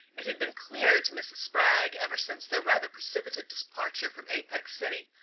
it had been clear to mrs. spragg, ever since their rather precipitate departure from apex city,